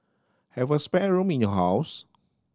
have a spare room in your house